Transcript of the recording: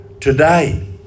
Today